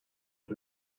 but